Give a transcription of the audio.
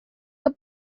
your